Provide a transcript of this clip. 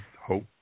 hope